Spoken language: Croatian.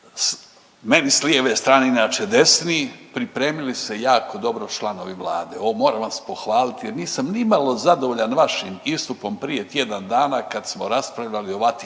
meni s lijeve strane, inače desni, pripremili se jako dobro članovi Vlade, o, moram vas pohvaliti jer nisam nimalo zadovoljan vašim istupom prije tjedan dana kad smo raspravljali o